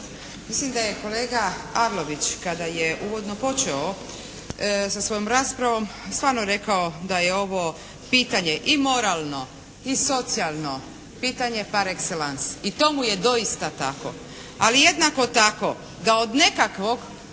Mislim da je kolega Arlović kada je uvodno počeo sa svojom raspravom stvarno rekao da je ovo pitanje i moralno i socijalno, pitanje par exelans i to mu je doista tako. Ali jednako tako da od nekakvog,